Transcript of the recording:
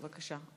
בבקשה.